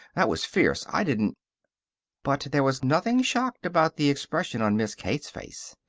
that was fierce! i didn't but there was nothing shocked about the expression on miss kate's face.